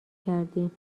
کردیم